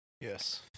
Yes